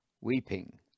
weeping